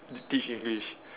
teach English